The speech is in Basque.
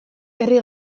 herri